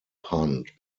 hunt